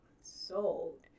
sold